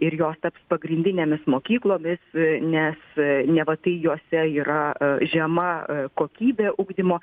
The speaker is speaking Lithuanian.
ir jos taps pagrindinėmis mokyklomis nes neva tai juose yra žema kokybė ugdymo